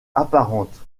apparente